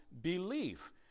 belief